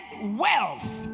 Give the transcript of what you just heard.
wealth